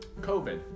COVID